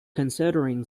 considering